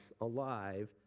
alive